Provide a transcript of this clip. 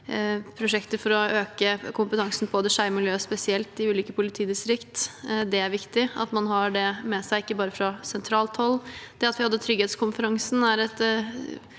prosjekter for å øke kompetansen på spesielt det skeive miljøet i ulike politidistrikter. Det er viktig at man har det med seg, ikke bare fra sentralt hold. Det at vi hadde trygghetskonferansen, er et